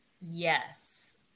Yes